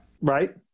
Right